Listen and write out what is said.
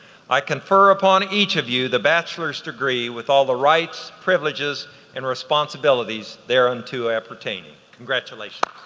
i confer upon each of you the bachelor's degree with all the rights, privileges and responsibilities there and to appertaining. congratulations.